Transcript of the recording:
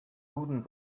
wooden